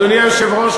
אדוני היושב-ראש,